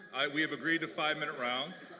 we have agreed to five minute rounds.